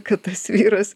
kad tas vyras